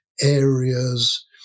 areas